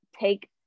take